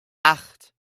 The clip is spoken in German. acht